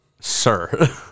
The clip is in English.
Sir